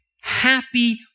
happy